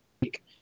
week